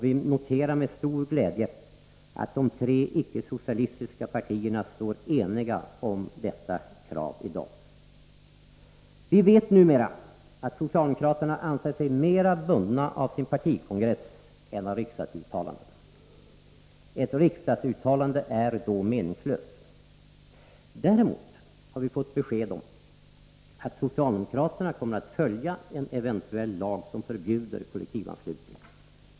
Vi noterar med stor glädje att de tre icke-socialistiska partierna står eniga om detta krav i dag. Vi vet numera att socialdemokraterna anser sig mera bundna av sin partikongress än av riksdagsuttalanden. Ett riksdagsuttalande är då meningslöst. Däremot har vi fått besked om att socialdemokraterna kommer att följa en eventuell lag som förbjuder kollektivanslutning.